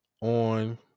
on